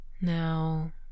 Now